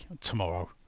tomorrow